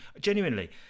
genuinely